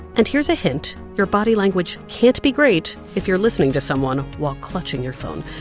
and here's a hint. your body language can't be great if you're listening to someone while clutching your phone,